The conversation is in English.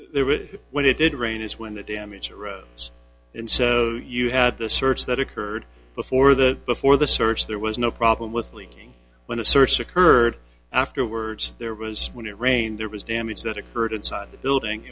would when it did rain is when the damage erodes and so you had to search that occurred before the before the search there was no problem with leaking when a search occurred afterwards there was when it rained there was damage that occurred inside the building